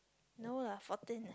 no lah fourteen